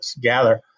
gather